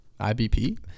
IBP